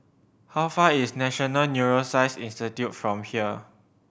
how far is National Neuroscience Institute from here